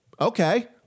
Okay